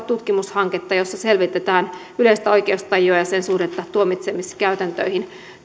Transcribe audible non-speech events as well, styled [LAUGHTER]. [UNINTELLIGIBLE] tutkimushanketta jossa selvitetään yleistä oikeustajua ja sen suhdetta tuomitsemiskäytäntöihin